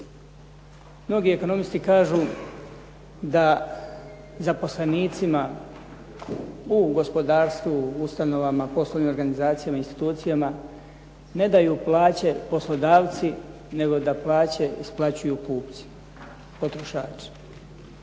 Mnogi ekonomisti kažu da zaposlenicima u gospodarstvu, u ustanovama, poslovnim organizacijama, institucijama ne daju plaće poslodavci, nego da plaće isplaćuju kupci, potrošači.